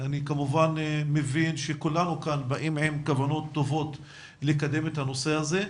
אני כמובן מבין שכולנו כאן באים עם כוונות טובות לקדם את הנושא הזה,